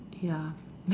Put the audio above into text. ya